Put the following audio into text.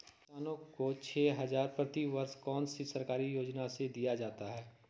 किसानों को छे हज़ार प्रति वर्ष कौन सी सरकारी योजना से दिया जाता है?